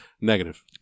Negative